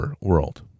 world